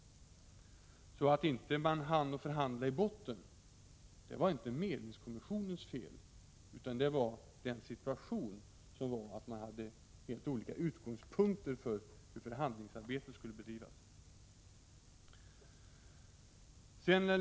Att man inte hann förhandla i botten var inte medlingskommissionens fel, utan det berodde på själva situationen, dvs. att parterna hade helt olika utgångspunkter för hur förhandlingsarbetet skulle bedrivas.